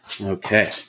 Okay